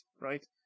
right